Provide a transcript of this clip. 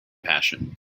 passion